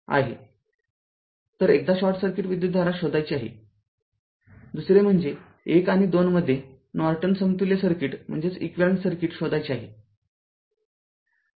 तर एकदा short circuit विद्युतधारा शोधायची आहे दुसरे म्हणजे १ आणि २ मध्ये नॉर्टन समतुल्य सर्किट शोधायचे आहे